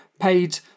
paid